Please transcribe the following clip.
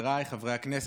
חבריי חברי הכנסת,